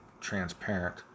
transparent